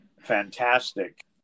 fantastic